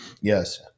yes